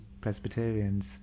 Presbyterians